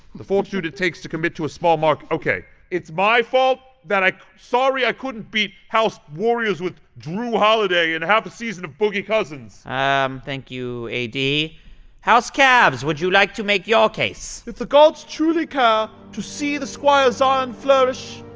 the fortitude it takes to commit to a small market. ok, it's my fault? that i sorry i couldn't beat house warriors with jrue holiday and half a season of boogie cousins. um, thank you, ad. house cavs, would you like to make your case? if the gods truly care to see the squire zion flourish,